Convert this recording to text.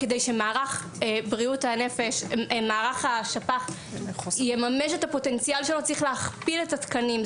כדי שמערך השפ"ח יממש את הפוטנציאל שלו צריך להכפיל את התקנים.